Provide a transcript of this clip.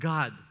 God